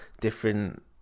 different